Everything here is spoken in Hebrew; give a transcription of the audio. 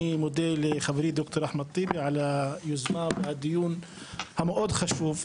אני מודה לחברי ד"ר אחמד טיבי על הזמנת הדיון המאוד חשוב,